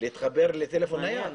להתחבר לטלפון נייח.